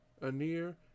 Anir